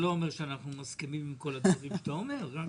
זה לא אומר שאנחנו מסכימים עם כל הדברים שאתה אומר.